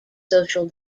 social